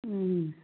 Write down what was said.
ꯎꯝ